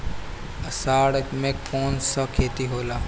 अषाढ़ मे कौन सा खेती होला?